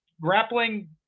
grappling